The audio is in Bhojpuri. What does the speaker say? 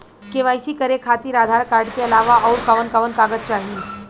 के.वाइ.सी करे खातिर आधार कार्ड के अलावा आउरकवन कवन कागज चाहीं?